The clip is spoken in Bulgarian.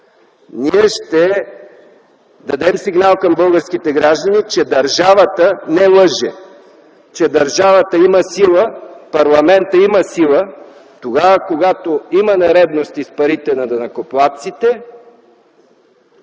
ние ще дадем сигнал към българските граждани, че държавата не лъже, че държавата има сила, че парламентът има сила тогава, когато има нередности с парите на данъкоплатците,